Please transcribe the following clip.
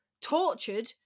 tortured